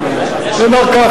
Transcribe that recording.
אני אומר כך,